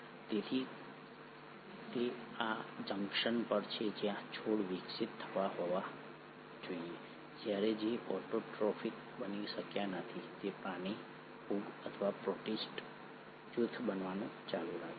તેથી તે આ જંકશન પર છે જ્યાં છોડ વિકસિત થયા હોવા જોઈએ જ્યારે જે ઓટોટ્રોફિક બની શક્યા નથી તે પ્રાણી ફૂગ અથવા પ્રોટિસ્ટ જૂથ બનવાનું ચાલુ રાખે છે